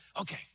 okay